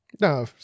no